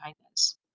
kindness